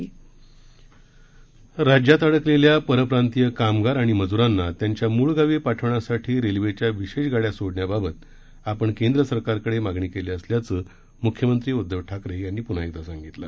मख्यमंत्री मशा सनील राज्यात अडकलेल्या परप्रांतीय कामगार आणि मजुरांना त्यांच्या मूळ गावी पाठवण्यासाठी रेल्वेच्या विशेष गाड्या सोडण्याबाबत आपण केंद्र सरकारकडे मागणी केली असल्याचं मुख्यमंत्री उद्घव ठाकरे यांनी पुन्हा एकदा सांगितलं